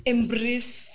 Embrace